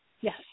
Yes